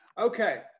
Okay